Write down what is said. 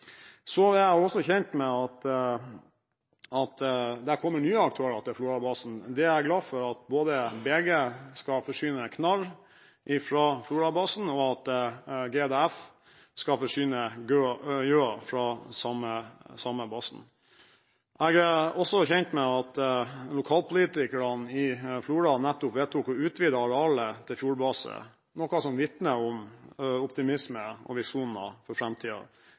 er også kjent med at det har kommet nye aktører til Florabasen. Det er jeg glad for, at BG skal forsyne Knarr fra Florabasen, og at GDF skal forsyne Gjøa fra den samme basen. Jeg er også kjent med at lokalpolitikerne i Flora nettopp vedtok å utvide arealet til Fjordbase, noe som vitner om optimisme og visjoner for